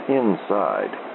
inside